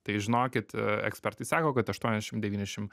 tai žinokit ekspertai sako kad aštuonešim devynešim